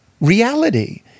reality